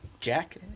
Jack